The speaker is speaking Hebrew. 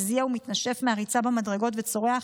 מזיע ומתנשף מהריצה במדרגות וצורח: